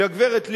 לגברת לבני,